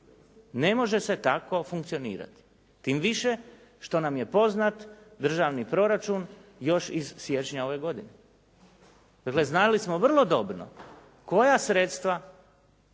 Ne može se tako funkcionirati, tim više što nam je poznat državni proračun još iz siječnja ove godine. Dakle, znali smo vrlo dobro koja sredstva